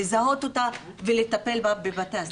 לזהות אותה ולטפל בה בבתי הספר.